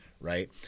right